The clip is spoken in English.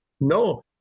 No